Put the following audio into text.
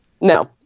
No